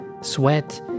sweat